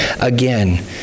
again